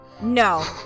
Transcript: no